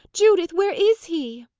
judith! where is he?